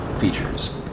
features